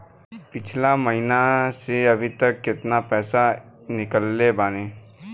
पिछला महीना से अभीतक केतना पैसा ईकलले बानी?